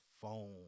phone